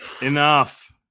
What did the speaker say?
Enough